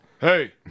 Hey